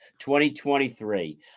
2023